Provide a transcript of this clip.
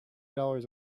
dollars